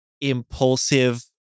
impulsive